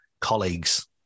colleagues